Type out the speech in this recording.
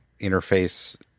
interface